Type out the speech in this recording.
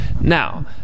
Now